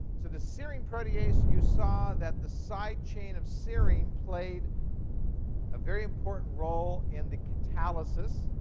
so the serine protease you saw that the side chain of serine played a very important role in the catalysis,